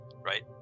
right